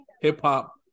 hip-hop